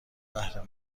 بهره